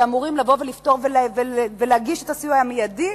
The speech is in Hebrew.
שאמורים לבוא ולפתור ולהגיש את הסיוע המיידי